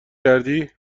کردی